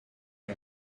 are